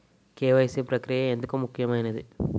KYC ప్రక్రియ ఎందుకు ముఖ్యమైనది?